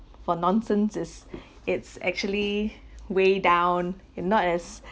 for nonsense is it's actually way down and not as